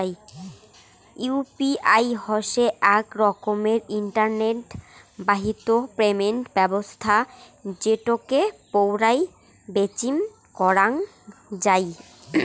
UPI হসে আক রকমের ইন্টারনেট বাহিত পেমেন্ট ব্যবছস্থা যেটোকে পৌরাই বেচিম করাঙ যাই